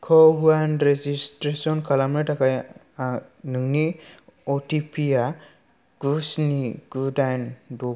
क'विनाव registration खालामनो थाखाय नोंनि अटिपि आ गु स्नि गु दाइन द'